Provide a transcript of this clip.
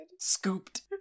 scooped